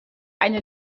eine